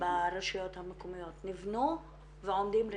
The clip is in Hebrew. ברשויות המקומיות, נבנו ועומדים ריקים.